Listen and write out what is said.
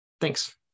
thanks